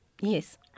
Yes